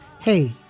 Hey